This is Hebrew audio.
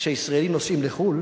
כשישראלים נוסעים לחו"ל